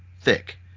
thick